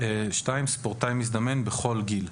(2)ספורטאי מזדמן, בכל גיל.